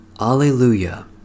Alleluia